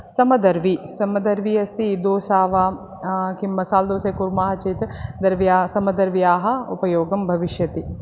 समदर्वी समदर्वी अस्ति दोसा वा किं मसाल्दोसे कुर्मः चेत् दर्व्याः समदर्व्याः उपयोगं भविष्यति